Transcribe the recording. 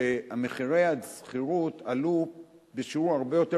כי מחירי השכירות עלו בשיעור הרבה יותר